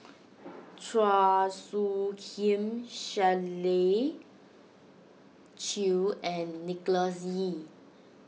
Chua Soo Khim Shirley Chew and Nicholas Ee